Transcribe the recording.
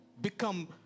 become